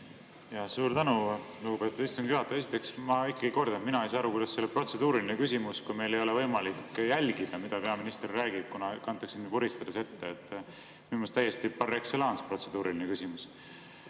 Esiteks, ma ikkagi kordan, et mina ei saa aru, kuidas see ei ole protseduuriline küsimus, kui meil ei ole võimalik jälgida, mida peaminister räägib, kuna [kõne] kantakse vuristades ette. Minu meelest täiestipar excellenceprotseduuriline küsimus.